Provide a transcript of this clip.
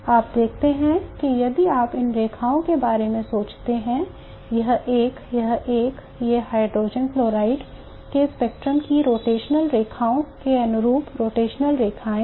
आप देखते हैं कि यदि आप इन रेखाओं के बारे में सोचते हैं यह एक यह एक ये हाइड्रोजन फ्लोराइड के स्पेक्ट्रम की रोटेशनल रेखाओं के अनुरूप रोटेशनल रेखाएं हैं